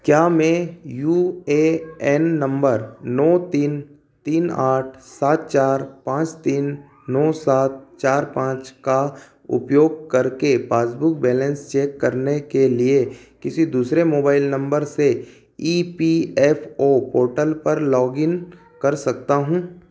क्या मैं U A N number नौ तीन तीन आठ सात चार पाँच तीन नौ सात चार पाँच का उपयोग करके पासबुक बैलेंस चेक करने के लिए किसी दूसरे मोबाइल नम्बर से E P F O portal पर लॉग इन कर सकता हूँ